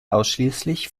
ausschließlich